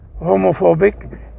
homophobic